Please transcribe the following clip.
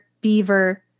beaver